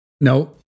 No